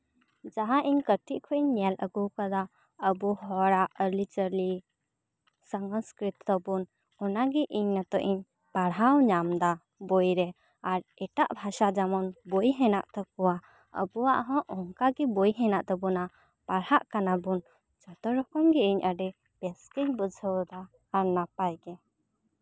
ᱡᱟᱦᱟᱸ ᱤᱧ ᱠᱟᱹᱴᱤᱡ ᱠᱷᱚᱱᱤᱧ ᱧᱮᱞ ᱟᱹᱜᱩᱣᱟᱠᱟᱫᱟ ᱟᱵᱚ ᱦᱚᱲᱟᱜ ᱟᱹᱨᱤᱪᱟᱹᱞᱤ ᱥᱚᱝᱥᱠᱨᱤᱛᱤ ᱛᱟᱵᱚᱱ ᱚᱱᱟᱜᱮ ᱤᱧ ᱱᱤᱛᱚᱜ ᱤᱧ ᱯᱟᱲᱦᱟᱣ ᱧᱟᱢᱫᱟ ᱵᱳᱭ ᱨᱮ ᱟᱨ ᱮᱴᱟᱜ ᱵᱷᱟᱥᱟ ᱡᱮᱢᱚᱱ ᱵᱳᱭ ᱦᱮᱱᱟᱜ ᱛᱟᱠᱚᱣᱟ ᱟᱵᱚᱣᱟᱜ ᱦᱚᱸ ᱚᱱᱠᱟ ᱜᱮ ᱵᱳᱭ ᱦᱮᱱᱟᱜ ᱛᱟᱵᱚᱱᱟ ᱯᱟᱲᱦᱟᱜ ᱠᱟᱱᱟ ᱵᱚᱱ ᱡᱚᱛᱚ ᱨᱚᱠᱚᱢ ᱜᱮ ᱤᱧ ᱟᱹᱰᱤ ᱨᱟᱹᱥᱠᱟᱹᱧ ᱵᱩᱡᱷᱟᱹᱣ ᱫᱟ ᱟᱨ ᱱᱟᱯᱟᱭ ᱜᱮ